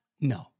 No